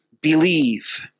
believe